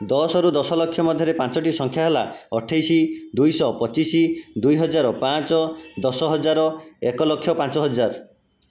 ଦଶ ରୁ ଦଶ ଲକ୍ଷ ମଧ୍ୟରେ ପାଞ୍ଚଟି ସଂଖ୍ୟା ହେଲା ଅଠେଇଶି ଦୁଇ ଶହ ପଚିଶି ଦୁଇ ହଜାର ପାଞ୍ଚ ଦଶହଜାର ଏକଲକ୍ଷ ପାଞ୍ଚ ହଜାର